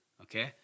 Okay